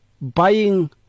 buying